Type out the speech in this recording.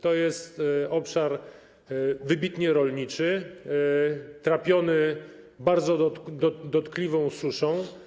To jest obszar wybitnie rolniczy, trapiony bardzo dotkliwą suszą.